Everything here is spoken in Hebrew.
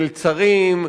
מלצרים,